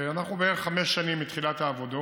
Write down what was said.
אנחנו בערך חמש שנים מתחילת העבודות.